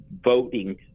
voting